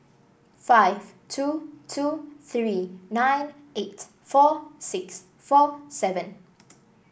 five two two three nine eight four six four seven